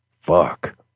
Fuck